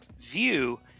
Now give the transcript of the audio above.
view